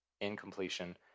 Incompletion